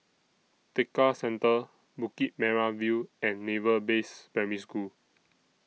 Tekka Centre Bukit Merah View and Naval Base Primary School